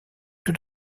taux